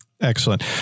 Excellent